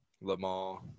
Lamar –